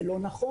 זה לא נכון.